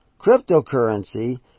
Cryptocurrency